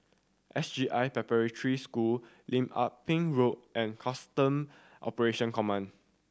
S J I Preparatory School Lim Ah Pin Road and Custom Operation Command